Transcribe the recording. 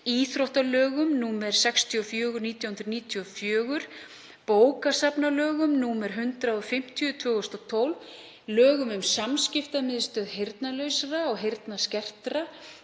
íþróttalögum, nr. 64/1998, bókasafnalögum, nr. 150/2012, lögum um Samskiptamiðstöð heyrnarlausra og heyrnarskertra,